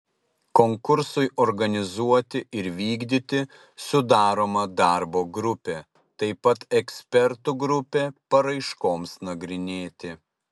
konkursui organizuoti ir vykdyti sudaroma darbo grupė taip pat ekspertų grupė paraiškoms nagrinėti